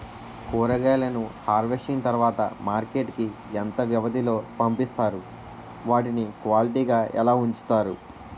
కూరగాయలను హార్వెస్టింగ్ తర్వాత మార్కెట్ కి ఇంత వ్యవది లొ పంపిస్తారు? వాటిని క్వాలిటీ గా ఎలా వుంచుతారు?